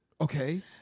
Okay